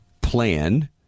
plan